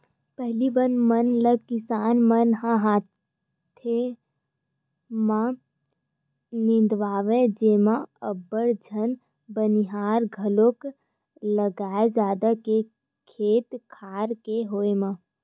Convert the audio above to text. पहिली बन मन ल किसान मन ह हाथे म निंदवाए जेमा अब्बड़ झन बनिहार घलोक लागय जादा के खेत खार के होय म